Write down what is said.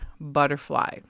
butterfly